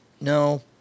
No